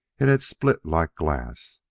it had split like glass.